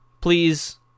Please